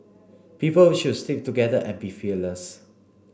people should stick together and be fearless